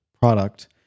product